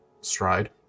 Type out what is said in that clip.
stride